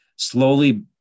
slowly